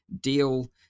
deal